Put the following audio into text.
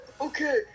Okay